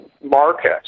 market